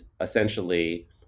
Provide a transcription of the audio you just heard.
essentially